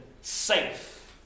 safe